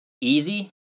easy